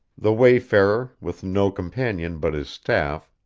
the wayfarer, with no companion but his staff,